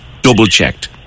double-checked